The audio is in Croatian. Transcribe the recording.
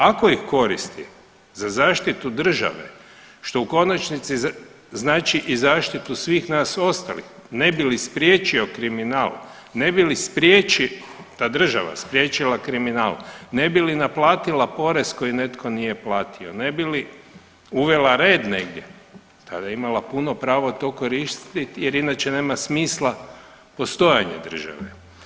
Ako ih koristi za zaštitu države što u konačnici znači i zaštitu svih nas ostalih ne bi li spriječio kriminal, ne bi li spriječio, ta država spriječila kriminal, ne bi li naplatila porez koji netko nije platio, ne bi li uvela red negdje tada je imala puno pravo to koristiti jer inače nema smisla postojanja države.